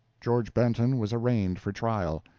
george benton was arraigned for trial.